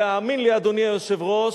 והאמן לי, אדוני היושב-ראש,